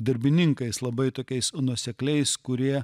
darbininkais labai tokiais nuosekliais kurie